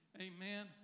Amen